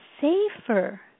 safer